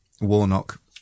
Warnock